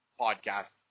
podcast